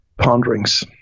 ponderings